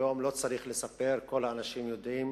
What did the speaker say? היום לא צריך לספר, כל האנשים יודעים